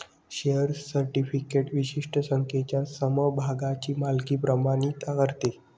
share certificate विशिष्ट संख्येच्या समभागांची मालकी प्रमाणित करते